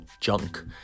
junk